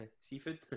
Seafood